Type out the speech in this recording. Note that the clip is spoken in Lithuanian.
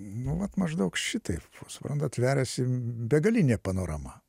nu vat maždaug šitaip suprantat veriasi begalinė panorama